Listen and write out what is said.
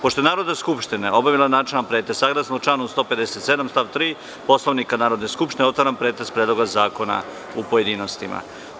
Pošto je Narodna skupština obavila načelan pretres, saglasno članu 157. stav 3. Poslovnika Narodne skupštine, otvaram pretres Predloga zakona u pojedinostima.